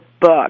book